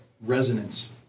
resonance